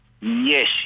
Yes